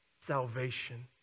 salvation